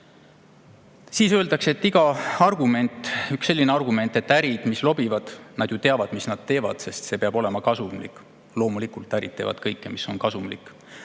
Siis öeldakse, on üks selline argument, et ärid, mis lobivad, teavad, mis nad teevad, sest see peab olema kasumlik. Loomulikult ärid teevad kõike, mis on kasumlik.